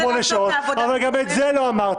שמונה שעות אבל גם את זה לא אמרתם.